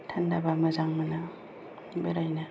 थान्दाबा मोजां मोनो बेरायनो